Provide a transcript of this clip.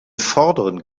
vorderen